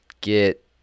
get